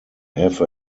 have